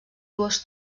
dues